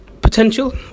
Potential